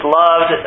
loved